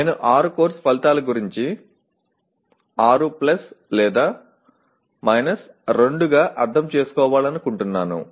నేను 6 కోర్సు ఫలితాల గురించి 6 లేదా 2 గా అర్థం చేసుకోవాలనుకుంటున్నాను